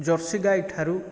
jersey ଗାଈ ଠାରୁ